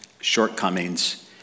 shortcomings